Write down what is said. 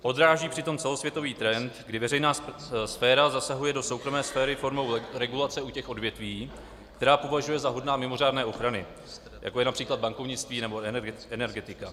Odráží přitom celosvětový trend, kdy veřejná sféra zasahuje do soukromé sféry formou regulace u těch odvětví, která považuje za hodná mimořádné ochrany, jako je například bankovnictví nebo energetika.